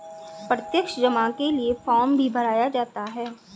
प्रत्यक्ष जमा के लिये फ़ार्म भी भराया जाता है